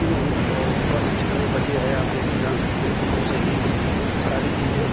ओ और बस कितने बजे है आप ये भी जान सकते हैं फोन से ही सारी चीज़ें